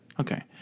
Okay